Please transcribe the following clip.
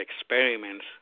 experiments